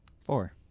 Four